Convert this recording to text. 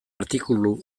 artikulu